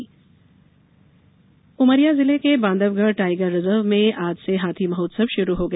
हाथी महोत्सव उमरिया जिले के बांधवगढ़ टाईगर रिजर्व में आज से हाथी महोत्सव शुरू हो गया